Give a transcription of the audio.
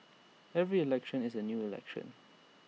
every election is A new election